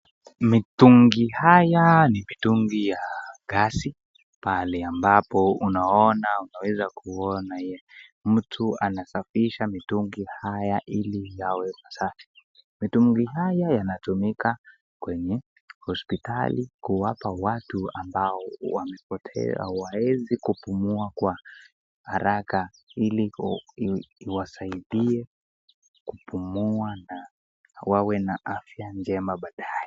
Mitungi haya ni mitungi ya gasi pale ambapo unaona unaweza kuona mtu anasafisha mitungi haya ili yawe masafi. Mitungi haya yanatumika kwenye hospitali kuwapa watu ambao wamepote hawawezi kupumua kwa haraka ili iwasaidie kupumua na wawe na afya njema baadaye.